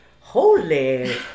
Holy